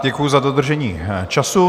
Děkuji za dodržení času.